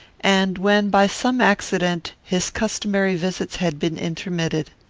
and when, by some accident, his customary visits had been intermitted.